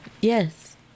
yes